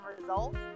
results